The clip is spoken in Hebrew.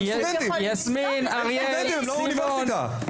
הם סטודנטים, הם לא האוניברסיטה.